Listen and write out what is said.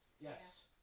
Yes